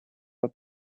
what